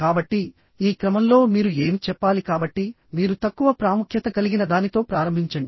కాబట్టి ఈ క్రమంలో మీరు ఏమి చెప్పాలి కాబట్టి మీరు తక్కువ ప్రాముఖ్యత కలిగిన దానితో ప్రారంభించండి